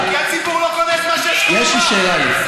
הציבור לא קונה את זה שאתה עושה חוקים פרסונליים,